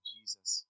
Jesus